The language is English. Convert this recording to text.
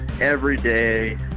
everyday